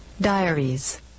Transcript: Diaries